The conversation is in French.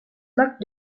moquent